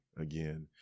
again